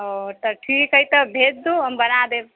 ओ तऽ ठीक हइ तऽ भेज दू हम बना देब